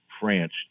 France